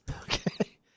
Okay